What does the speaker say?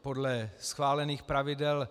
Podle schválených pravidel...